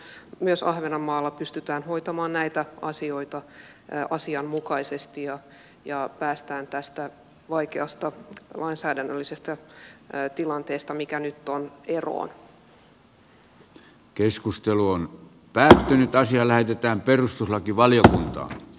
silloin myös ahvenanmaalla pystytään hoitamaan näitä asioita asianmukaisesti ja päästään tästä vaikeasta lainsäädännöllisestä tilanteesta mikä nyt on eroon